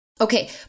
Okay